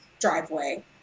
driveway